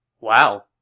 Wow